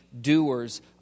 doers